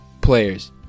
players